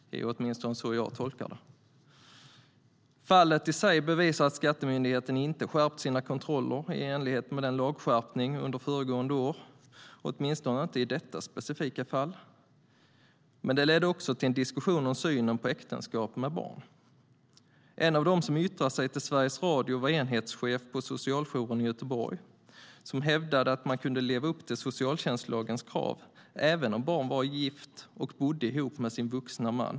Det är åtminstone så jag tolkar det. Fallet i sig bevisar att skattemyndigheten inte skärpt sina kontroller i enlighet med lagskärpningen under föregående år, åtminstone inte i detta specifika fall. Men det leder också till en diskussion om synen på äktenskap med barn. En av dem som yttrade sig till Sveriges Radio var enhetschefen på socialjouren i Göteborg som hävdade att man kunde leva upp till socialtjänstlagens krav, även om ett barn var gift och bodde ihop med sin vuxna man.